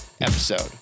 episode